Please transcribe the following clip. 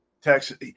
Texas